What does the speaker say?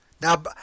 Now